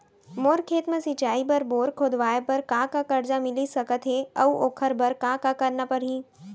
मोर खेत म सिंचाई बर बोर खोदवाये बर का का करजा मिलिस सकत हे अऊ ओखर बर का का करना परही?